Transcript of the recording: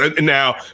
Now